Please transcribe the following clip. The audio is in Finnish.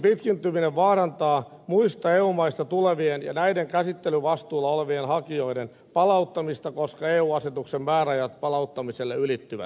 prosessin pitkittyminen vaarantaa muista eu maista tulevien ja näiden käsittelyvastuulla olevien hakijoiden palauttamista koska eu asetuksen määräajat palauttamiselle ylittyvät